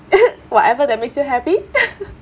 whatever that makes you happy